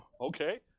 Okay